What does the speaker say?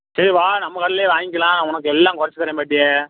சரி வா நம்ம கடையிலயே வாங்கிக்கலாம் உனக்கு எல்லாம் கொறச்சு தர்றேன் பாட்டி